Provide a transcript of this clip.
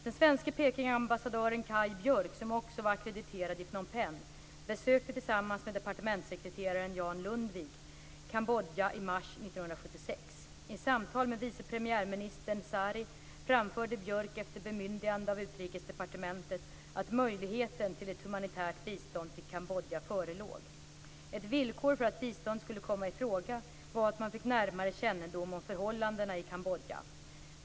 Den svenske Pekingambassadören Kaj Björk som också var ackrediterad i Phnom Penh besökte tillsammans med departementssekreterare Jan Lundvik Kambodja i mars 1976. I samtal med vice premiärminister Ieng Sary framförde Björk efter bemyndigande av Utrikesdepartementet att möjligheten till ett humanitärt bistånd till Kambodja förelåg. Ett villkor för att bistånd skulle komma i fråga var att man fick närmare kännedom om förhållandena i Kambodja.